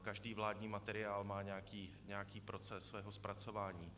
Každý vládní materiál má nějaký proces svého zpracování.